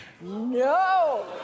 No